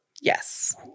Yes